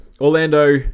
Orlando